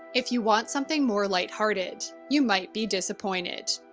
if you want something more lighthearted, you might be disappointed.